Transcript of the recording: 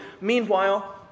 Meanwhile